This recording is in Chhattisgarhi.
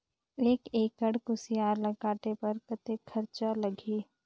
एक एकड़ कुसियार ल काटे बर कतेक खरचा लगही?